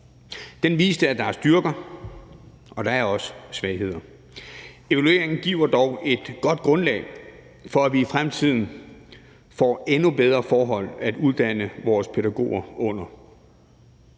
Den viste, at der er styrker, og at der også er svagheder. Evalueringen giver dog et godt grundlag for, at vi i fremtiden får endnu bedre forhold at uddanne vores pædagoger under.